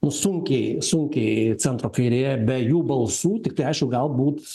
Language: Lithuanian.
nu sunkiai sunkiai centro kairė be jų balsų tiktai aišku galbūt